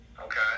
Okay